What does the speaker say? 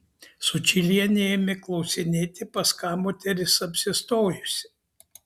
sučylienė ėmė klausinėti pas ką moteris apsistojusi